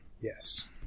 Yes